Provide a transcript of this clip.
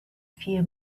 few